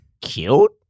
Cute